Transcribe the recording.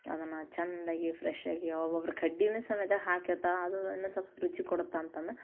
ಅದನ್ನು ಚಂದಾಗಿ ಫ್ರೆಶಾಗಿ ಒಬೊಬ್ಬರು ಕಡ್ಡಿನೂ ಸಮೇತ ಹಾಕಿರ್ತಾರೆ ಅದು ಇನ್ನೂ ಸಲ್ಪ್ ರುಚಿ ಕೊಡತ್ತಂತಂದು